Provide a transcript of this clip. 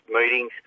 meetings